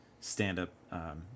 stand-up